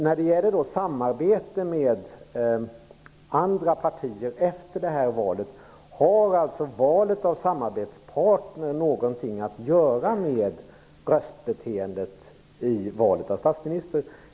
När det gäller samarbete med andra partier efter detta val, har då valet av samarbetspartner någonting att göra med röstbeteendet i valet av statsminister?